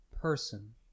person